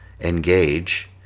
engage